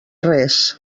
res